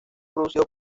producido